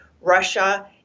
Russia